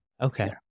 Okay